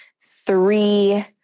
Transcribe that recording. three